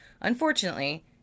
Unfortunately